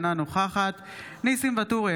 אינה נוכחת ניסים ואטורי,